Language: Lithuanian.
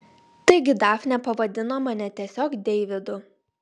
taigi dafnė pavadino mane tiesiog deividu